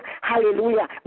hallelujah